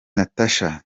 natacha